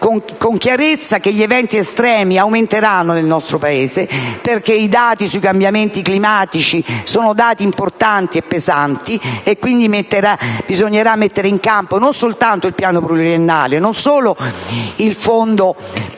con chiarezza che gli eventi estremi aumenteranno nel nostro Paese, perché i dati sui cambiamenti climatici sono importanti e pesanti, e quindi bisognerà mettere in campo non soltanto il piano pluriennale, non solo il fondo per la